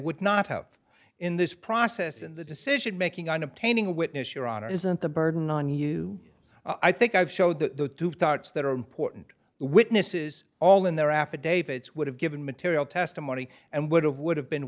would not have in this process in the decision making on obtaining a witness your honor isn't the burden on you i think i've showed the two thoughts that are important witnesses all in their affidavits would have given material testimony and would have would have been